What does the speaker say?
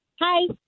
Hi